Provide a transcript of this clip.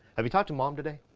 have you talked to mom today?